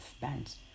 bands